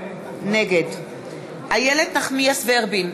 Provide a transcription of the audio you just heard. נגד איילת נחמיאס ורבין,